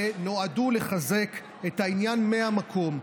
והן נועדו לחזק את העניין מהמקום.